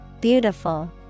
Beautiful